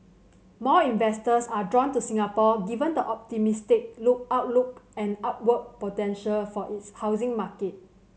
more investors are drawn to Singapore given the optimistic look outlook and upward potential for its housing market